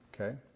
Okay